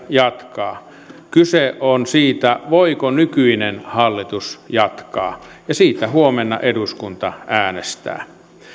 jatkaa kyse on siitä voiko nykyinen hallitus jatkaa ja siitä huomenna eduskunta äänestää